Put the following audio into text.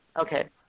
okay